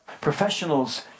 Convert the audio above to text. Professionals